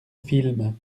film